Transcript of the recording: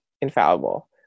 infallible